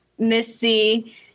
Missy